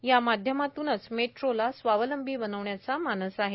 या माध्यमातूनच मेट्रोला स्वावलंबी बनवण्याचा मानस आहे